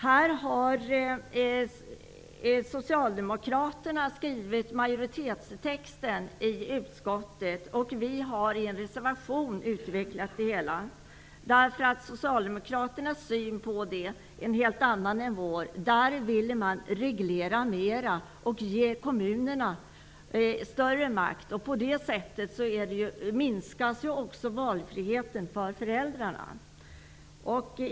Här har socialdemokraterna skrivit majoritetstexten i utskottet. Vi har utvecklat våra synpunkter i en reservation. Socialdemokraternas syn på denna fråga är en helt annan än vår. De vill reglera mer och ge kommunerna större makt. På det sättet minskas valfriheten för föräldrarna.